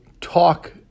talk